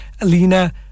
Alina